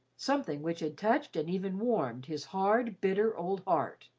something which had touched and even warmed his hard, bitter old heart.